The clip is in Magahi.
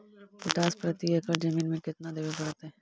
पोटास प्रति एकड़ जमीन में केतना देबे पड़तै?